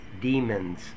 demons